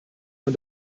man